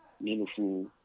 meaningful